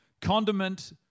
condiment